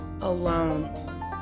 alone